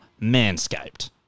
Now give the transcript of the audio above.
Manscaped